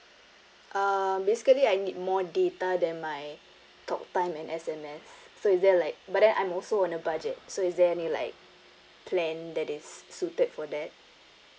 uh basically I need more data than my talk time and S_M_S so is there like but then I'm also on a budget so is there any like plan that is suited for that